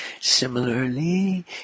Similarly